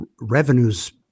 Revenues